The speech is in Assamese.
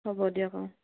হ'ব দিয়ক অঁ